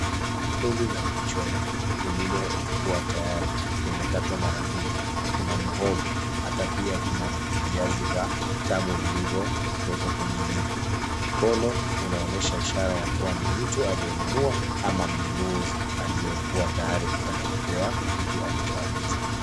Hindi la kuchomwa lililokuwa tayari limekatwa mara mbili. Kuna muhogo hata pia kuna viazi tamu vilivowekwa kwenye jiko. Mkono unaonyesha ishara ya kuwa ni mtu aliyenunua ama mnunuzi aliyekuwa tayari kuja na kupewa kitu alichoagiza.